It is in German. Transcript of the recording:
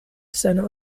seiner